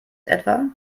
etwa